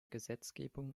gesetzgebung